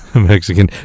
mexican